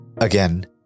Again